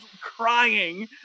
crying